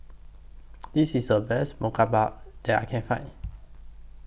This IS The Best that I Can Find